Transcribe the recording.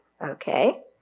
Okay